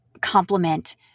complement